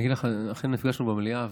אני אגיד לך, אכן נפגשנו במליאה,